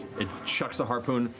it chucks the harpoon.